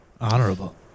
Honorable